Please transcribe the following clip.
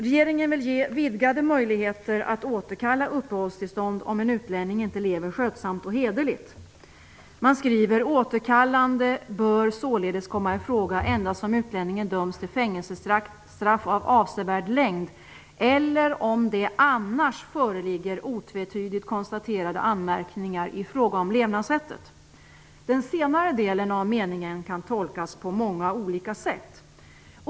Regeringen vill ge vidgade möjligheter att återkalla uppehållstillstånd om en utlänning inte lever skötsamt och hederligt. Man skriver: "Återkallande bör således komma i fråga endast om utlänningen dömts till fängelsestraff av avsevärd längd eller om det annars föreligger otvetydigt konstaterade anmärkningar i fråga om levnadssättet." Den senare delen av meningen kan tolkas på många olika sätt.